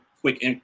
quick